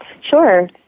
Sure